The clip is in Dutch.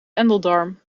endeldarm